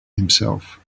himself